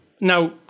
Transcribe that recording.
Now